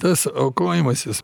tas aukojimasis